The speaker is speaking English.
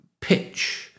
pitch